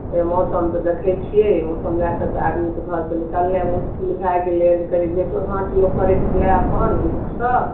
मौसम तऽ देखै छियै मौसम लए कऽ तऽ आदमी के घर सऽ निकलनाइ मुश्किल भए गेलै जे कनी भेंटोघाँट लोक करै छलए अपन लोक सऽ